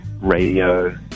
radio